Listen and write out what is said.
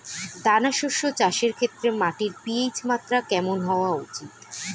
দানা শস্য চাষের ক্ষেত্রে মাটির পি.এইচ মাত্রা কেমন হওয়া উচিৎ?